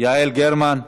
יעל גרמן,